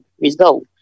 result